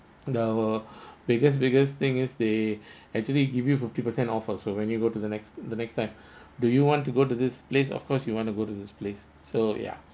the biggest biggest thing is they actually give you fifty percent offer so when you go to the next the next time do you want to go to this place of course you want to go to this place so ya